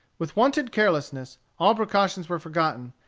with wonted carelessness, all precautions were forgotten,